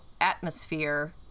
atmosphere